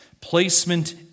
Placement